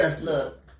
look